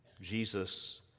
Jesus